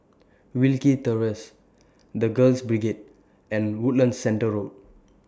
Wilkie Terrace The Girls Brigade and Woodlands Centre Road